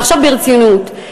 ועכשיו ברצינות.